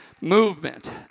movement